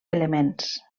elements